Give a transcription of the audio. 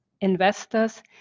investors